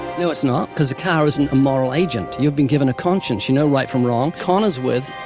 no, it's not, cause a car isn't a moral agent. you've been given a conscience. you know right from wrong. con is with,